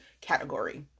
category